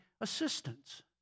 assistance